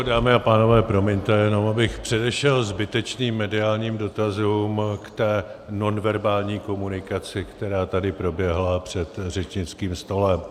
Dámy a pánové, promiňte, jenom abych předešel zbytečným mediálním dotazům k té nonverbální komunikaci, která tady proběhla před řečnickým stolem.